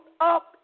up